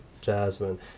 jasmine